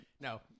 No